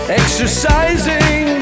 exercising